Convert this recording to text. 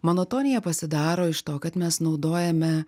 monotonija pasidaro iš to kad mes naudojame